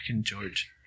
George